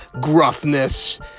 gruffness